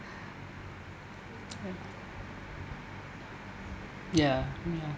ya ya